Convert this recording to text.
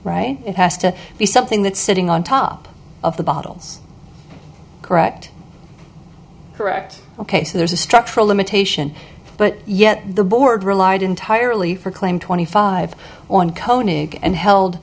right it has to be something that's sitting on top of the bottles correct correct ok so there's a structural limitation but yet the board relied entirely for claim twenty five on conic and held